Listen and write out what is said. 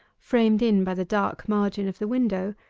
framed in by the dark margin of the window,